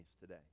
today